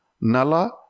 Nala